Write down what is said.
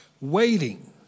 waiting